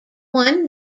one